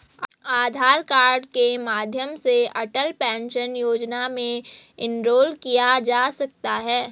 आधार card के माध्यम से अटल पेंशन योजना में इनरोल किया जा सकता है